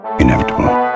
inevitable